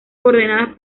coordenadas